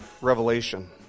revelation